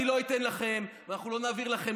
אני לא אתן לכם, ואנחנו לא נעביר לכם.